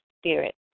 spirit